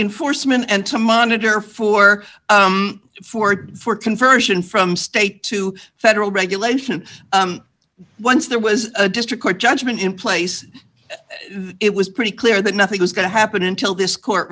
enforcement and to monitor for ford for conversion from state to federal regulation once there was a district court judgment in place it was pretty clear that nothing was going to happen until this court